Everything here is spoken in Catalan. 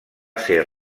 ser